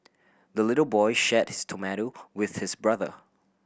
the little boy shared his tomato with his brother